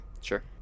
sure